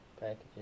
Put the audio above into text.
packages